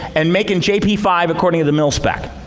and making jp five according to the military